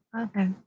Okay